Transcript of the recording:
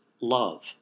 love